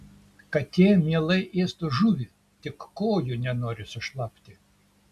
katė mielai ėstų žuvį tik kojų nenori sušlapti